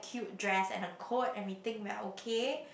cute dress and a coat and we think we're okay